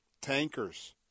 Tankers